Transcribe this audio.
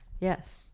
Yes